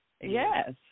yes